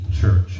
church